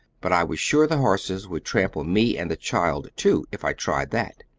but i was sure the horses would trample me and the child, too, if i tried that.